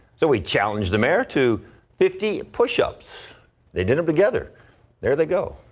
so we challenge them air too fifty push-ups they did it together there they go.